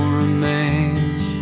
remains